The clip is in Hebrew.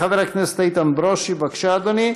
חבר הכנסת איתן ברושי, בבקשה, אדוני.